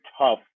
tough